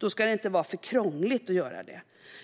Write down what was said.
det ska inte vara för krångligt att göra det.